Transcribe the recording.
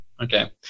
Okay